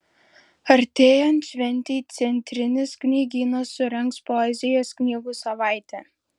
artėjant šventei centrinis knygynas surengs poezijos knygų savaitę